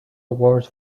awards